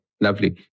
lovely